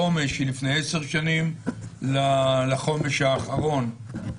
חומש שלפני 10 שנים לחומש האחרון.